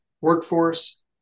workforce